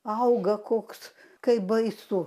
auga koks kaip baisu